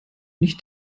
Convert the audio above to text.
nicht